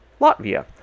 Latvia